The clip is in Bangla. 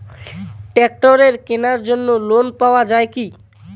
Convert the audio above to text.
ট্রাক্টরের কেনার জন্য লোন পাওয়া যায় কি?